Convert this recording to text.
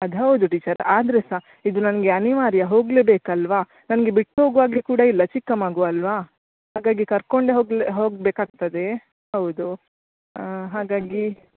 ಅದು ಹೌದು ಟೀಚರ್ ಆದರೆ ಸಹ ಇದು ನನಗೆ ಅನಿವಾರ್ಯ ಹೋಗಲೆ ಬೇಕಲ್ವಾ ನನಗೆ ಬಿಟ್ಟು ಹೋಗುವ ಹಾಗೆ ಕೂಡಯಿಲ್ಲ ಚಿಕ್ಕ ಮಗು ಅಲ್ವಾ ಹಾಗಾಗಿ ಕರ್ಕೊಂಡೆ ಹೋಗಲೆ ಹೊಗ್ಬೇಕು ಆಗ್ತದೆ ಹೌದು ಹಾಗಾಗಿ